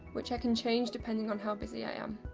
which i can change depending on how busy i am.